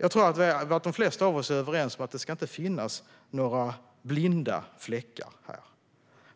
Jag tror att de flesta av oss är överens om att det inte ska finnas några blinda fläckar här.